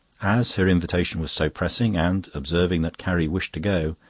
as her invitation was so pressing, and observing that carrie wished to go,